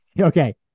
Okay